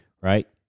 right